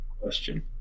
question